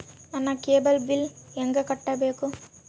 ನನ್ನ cable bill ಹೆಂಗ ಕಟ್ಟಬೇಕು?